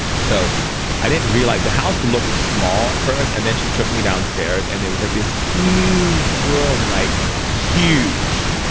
so i didn't realize, the house looked small at first and then she took me downstairs and there was like this huge room, like huge.